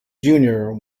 junior